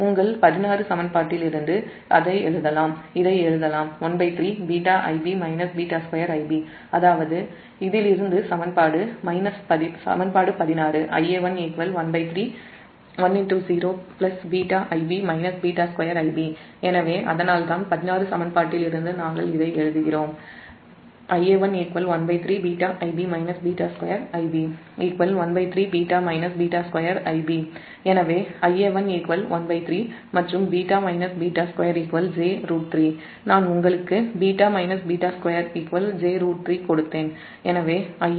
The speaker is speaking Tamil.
உங்கள் 16 சமன்பாட்டிலிருந்து இதை எழுதலாம் அதாவது இதிலிருந்து சமன்பாடு 16 Ia1 1310βIb β2Ibஎனவே அதனால்தான் 16 சமன்பாட்டிலிருந்து நாம் அதை எழுதுகிறோம் Ia113 βIb β2Ib13β β2Ib எனவே Ia1 13 மற்றும் β β2 j ∗√𝟑 நான் உங்களுக்கு β β2 j ∗√𝟑 கொடுத்தேன்